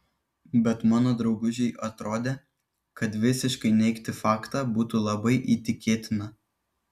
bet mano draugužei atrodė kad visiškai neigti faktą būtų nelabai įtikėtina